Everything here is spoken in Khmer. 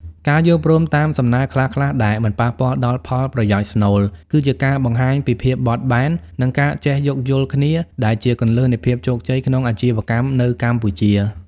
ការយល់ព្រមតាមសំណើខ្លះៗដែលមិនប៉ះពាល់ដល់ផលប្រយោជន៍ស្នូល គឺជាការបង្ហាញពីភាពបត់បែន និងការចេះយោគយល់គ្នា ដែលជាគន្លឹះនៃភាពជោគជ័យក្នុងអាជីវកម្មនៅកម្ពុជា។